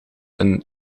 een